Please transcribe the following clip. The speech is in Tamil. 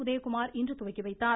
உதயகுமார் இன்று துவக்கி வைத்தார்